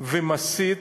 ומסית